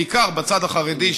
בעיקר בצד החרדי,